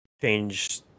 change